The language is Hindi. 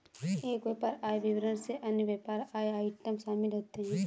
एक व्यापक आय विवरण में अन्य व्यापक आय आइटम शामिल होते हैं